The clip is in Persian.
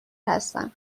هستم